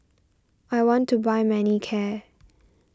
I want to buy Manicare